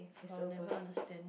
I will never understand